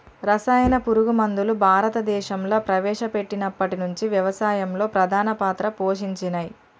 రసాయన పురుగు మందులు భారతదేశంలా ప్రవేశపెట్టినప్పటి నుంచి వ్యవసాయంలో ప్రధాన పాత్ర పోషించినయ్